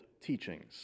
teachings